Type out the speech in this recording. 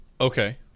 okay